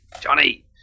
Johnny